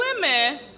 women